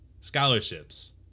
scholarships